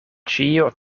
ĉio